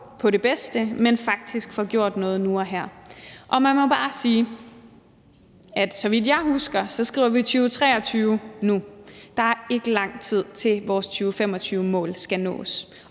på det bedste, men at vi faktisk får gjort noget nu og her. Og jeg må bare sige, at så vidt jeg husker, skriver vi 2023 nu. Der er ikke lang tid til, at vores 2025-mål skal nås,